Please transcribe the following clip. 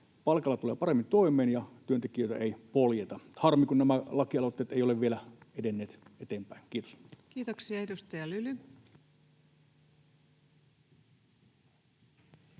palkalla tulee paremmin toimeen ja työntekijöitä ei poljeta. Harmi, kun nämä lakialoitteet eivät ole vielä edenneet eteenpäin. — Kiitos. [Speech 172]